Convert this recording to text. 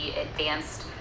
advanced